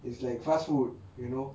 it's like fast food you know